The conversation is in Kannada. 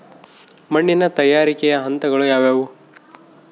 ಮಣ್ಣಿನ ತಯಾರಿಕೆಯ ಹಂತಗಳು ಯಾವುವು?